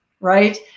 Right